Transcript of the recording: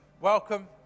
Welcome